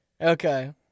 Okay